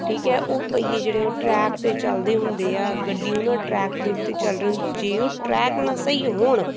ਠੀਕ ਹੈ ਉਹ ਪਹੀਏ ਜਿਹੜੇ ਉਹ ਟਰੈਕ 'ਤੇ ਚਲਦੇ ਹੁੰਦੇ ਆ ਗੱਡੀ ਉਹਨਾਂ ਟਰੈਕ ਦੇ ਉੱਤੇ ਚੱਲ ਰਹੀ ਜੇ ਉਹ ਟਰੈਕ ਨਾ ਸਹੀ ਹੋਣ